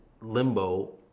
Limbo